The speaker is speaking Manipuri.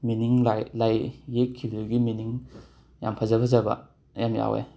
ꯃꯤꯅꯤꯡ ꯂꯥꯏ ꯂꯥꯏ ꯌꯦꯛꯈꯤꯕꯗꯨꯒꯤ ꯃꯤꯅꯤꯡ ꯌꯥꯝꯅ ꯐꯖ ꯐꯖꯕ ꯌꯥꯝꯅ ꯌꯥꯎꯋꯦ